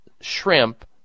shrimp